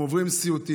הם עוברים סיוטים.